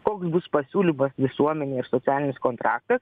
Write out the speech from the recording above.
koks bus pasiūlymas visuomenei ir socialinis kontraktas